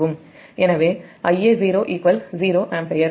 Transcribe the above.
எனவே Ia0 0 ampere